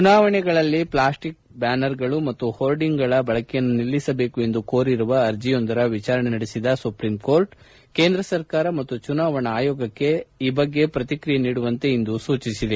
ಚುನಾವಣೆಗಳಲ್ಲಿ ಪ್ಲಾಸ್ಟಿಕ್ ಬ್ಯಾನರ್ಗಳು ಮತ್ತು ಹೋರ್ಡಿಂಗ್ಗಳ ಬಳಕೆಯನ್ನು ನಿಲ್ಲಿಸಬೇಕು ಎಂದು ಕೋರಿರುವ ಅರ್ಜಿಯೊಂದರ ವಿಚಾರಣೆ ನಡೆಸಿದ ಸುಪ್ರೀಂಕೋರ್ಟ್ ಕೇಂದ್ರ ಸರ್ಕಾರ ಮತ್ತು ಚುನಾವಣಾ ಆಯೋಗಕ್ಕೆ ಇಂದು ಈ ಬಗ್ಗೆ ಪ್ರತಿಕ್ರಿಯೆ ನೀಡುವಂತೆ ಇಂದು ಸೂಚಿಸಿದೆ